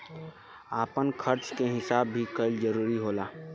आपन खर्चा के हिसाब भी कईल जरूरी होला